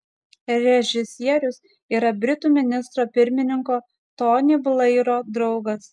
režisierius yra britų ministro pirmininko tony blairo draugas